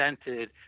presented